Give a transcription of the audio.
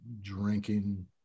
drinking